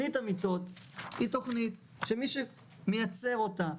המיטות היא תוכנית שמי שמייצר אותה,